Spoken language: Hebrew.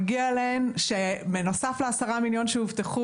מגיע להן שבנוסף ל-10 מיליון שקל שהובטחו